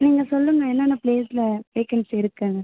நீங்கள் சொல்லுங்கள் என்னென்ன ப்ளேஸில் வேக்கன்ஸி இருக்குதுனு